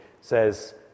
says